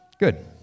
good